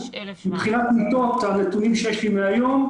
מבחינת מיטות, הנתונים שיש לי מהיום,